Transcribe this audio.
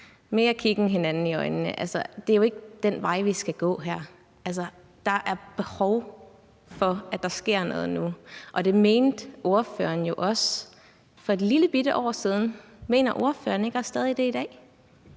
mere kiggen hinanden i øjnene – jo ikke er den vej, vi skal gå her? Altså, der er behov for, at der sker noget nu. Og det mente ordføreren jo også for et lillebitte år siden. Mener ordføreren ikke også stadig det i dag?